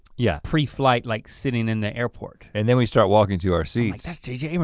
yeah. pre-flight like sitting in the airport. and then we start walking to our seats that's j j. but